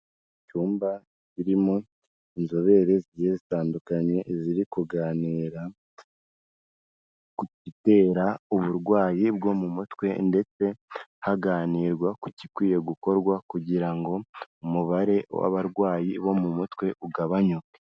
Icyumba kirimo inzobere zigiye zitandukanye ziri kuganira, ku gitera uburwayi bwo mu mutwe, ndetse haganirwa ku gikwiye gukorwa kugira ngo umubare w'abarwayi bo mu mutwe ugabanyuke.